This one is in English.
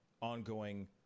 ongoing